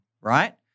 right